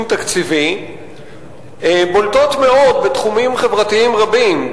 תקציבי בולטות מאוד בתחומים חברתיים רבים,